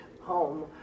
home